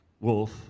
wolf